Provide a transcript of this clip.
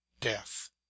death